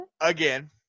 Again